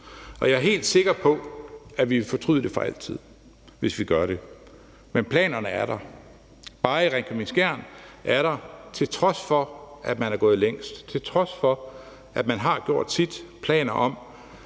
og jeg er helt sikker på, at vi vil fortryde det for altid, hvis vi gør det. Men planerne er der. Bare i Ringkøbing-Skjern er der, til trods for at man er gået længst, til trods for at man har gjort sit, planer om